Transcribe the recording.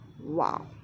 Wow